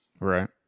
Right